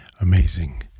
amazing